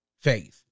Faith